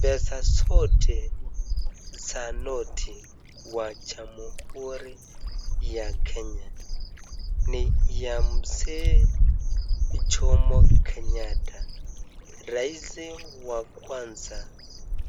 Pesa zote za noti wa jamhiri ya Kenya, ni ya mzee Jomo kenyata, raisi wa kwanza